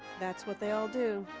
that's what they all do.